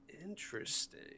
Interesting